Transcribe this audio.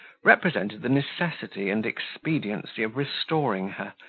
represented the necessity and expediency of restoring her,